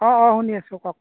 অঁ অঁ শুনি আছো কওক